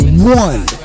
One